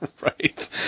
right